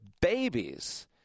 babies